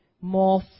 more